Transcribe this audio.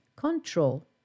control